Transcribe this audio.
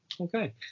Okay